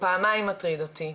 הוא פעמיים מטריד אותי.